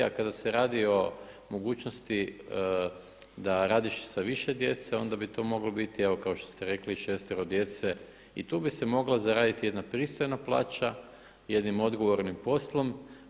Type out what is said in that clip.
A kada se radi o mogućnosti da radiš i sa više djece onda bi to moglo biti evo kao što ste rekli šestero djece i tu bi se mogla zaraditi jedna pristojna plaća jednim odgovornim poslom.